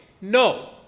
No